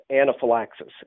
anaphylaxis